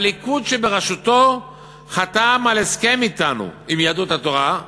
הליכוד בראשותו חתם על הסכם אתנו, עם יהדות התורה,